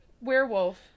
werewolf